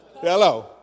Hello